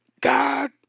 God